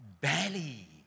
belly